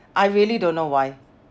I really don't know why